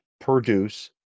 produce